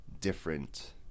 different